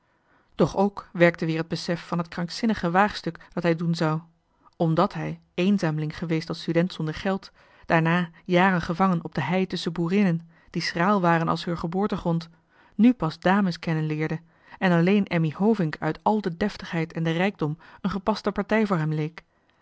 doch ook werkte weer het besef van het krankzinnige waagstuk dat hij doen zou mdat hij eenzaamling geweest als student zonder geld daarna jaren gevangen op de hei tusschen boerinnen die schraal waren als heur geboortegrond nu pas dames kennen leerde en alleen emmy hovink uit al de deftigheid en den rijkdom een gepaste partij voor hem leek